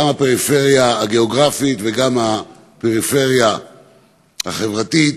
גם הפריפריה הגיאוגרפית וגם הפריפריה החברתית,